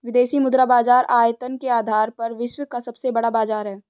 विदेशी मुद्रा बाजार आयतन के आधार पर विश्व का सबसे बड़ा बाज़ार है